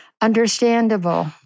understandable